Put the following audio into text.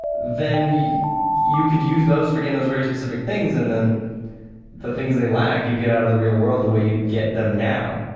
then you you could use those for getting those very specific things and then the things they lack you get out of the real world the way you'd get them now.